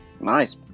Nice